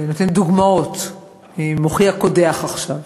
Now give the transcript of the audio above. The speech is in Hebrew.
נותנת דוגמאות ממוחי הקודח עכשיו.